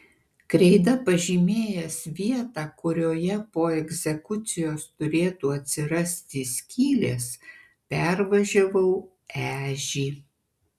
kreida pažymėjęs vietą kurioje po egzekucijos turėtų atsirasti skylės pervažiavau ežį